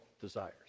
desires